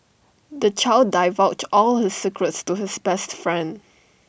the child divulged all his secrets to his best friend